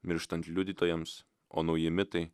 mirštant liudytojams o nauji mitai